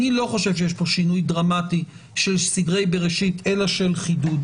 אני לא חושב שיש פה שינוי דרמטי של סדרי בראשית אלא של חידוד.